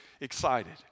excited